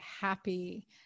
happy